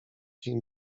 dzień